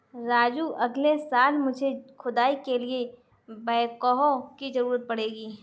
राजू अगले साल मुझे खुदाई के लिए बैकहो की जरूरत पड़ेगी